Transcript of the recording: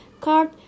card